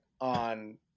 on